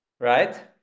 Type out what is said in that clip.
right